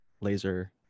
laser